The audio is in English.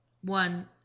One